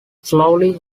slowly